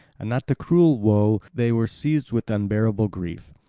and at the cruel woe they were seized with unbearable grief.